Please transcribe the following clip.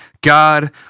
God